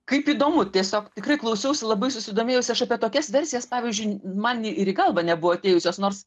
kaip įdomu tiesiog tikrai klausiausi labai susidomėjusi aš apie tokias versijas pavyzdžiui man ir į galvą nebuvo atėjusios nors